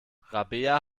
rabea